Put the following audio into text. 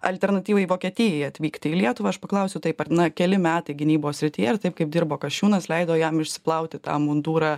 alternatyvai vokietijai atvykti į lietuvą aš paklausiu taip ar na keli metai gynybos srityje ir taip kaip dirbo kasčiūnas leido jam išsiplauti tą mundurą